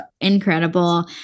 incredible